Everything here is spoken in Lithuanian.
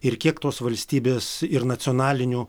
ir kiek tos valstybės ir nacionalinių